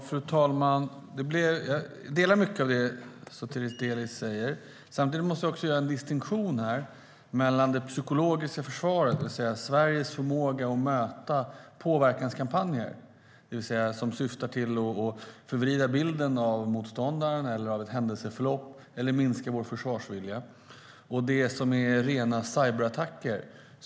Fru talman! Jag instämmer i mycket av det Sotiris Delis säger. Samtidigt måste vi göra en distinktion mellan det psykologiska försvaret - det vill säga Sveriges förmåga att möta påverkanskampanjer med syfte att förvrida bilden av motståndaren eller av ett händelseförlopp, eller med syfte att minska vår försvarsvilja - och rena cyberattacker.